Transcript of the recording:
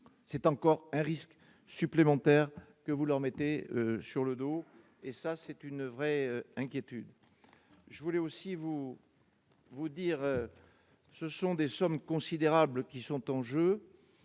c'est encore un risque supplémentaire que vous leur mettez sur le dos, et ça c'est une vraie inquiétude je voulais aussi vous vous dire ce sont des sommes considérables qui sont en jeu